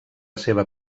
seva